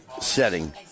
setting